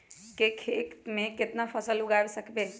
एक खेत मे केतना फसल उगाय सकबै?